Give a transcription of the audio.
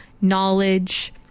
knowledge